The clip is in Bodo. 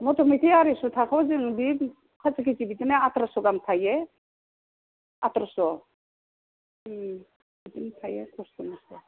मता मति आरायस' थाखाखौ जों बे काति कुति बिदिनो आथार'स' गाहाम थायो आथार'स' बिदिनो थायो कस्त' मस्त'